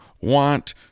want